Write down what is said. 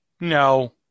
No